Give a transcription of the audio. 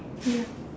ya